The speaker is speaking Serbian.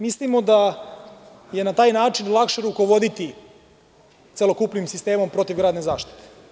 Mislimo da je na taj način lakše rukovoditi celokupnim sistemom protivgradne zaštite.